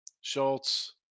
Schultz